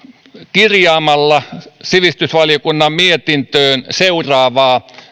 kirjaamalla sivistysvaliokunnan mietintöön seuraavaa